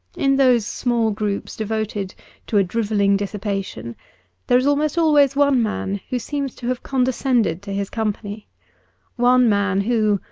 in those small groups devoted to a drivelling dis sipation there is almost always one man who seems to have condescended to his company one man who,